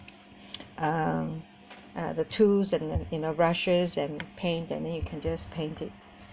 um uh the tools and you know brushes and paint that then you can just paint it ya